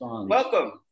Welcome